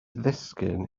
ddisgyn